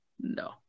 No